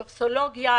טופסולוגיה,